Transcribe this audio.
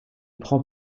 prend